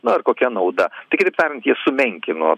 na ir kokia nauda tai kitaip tariant jie sumenkino